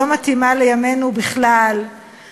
שלא מתאימה לימינו בכלל,